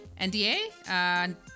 NDA